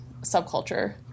subculture